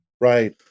right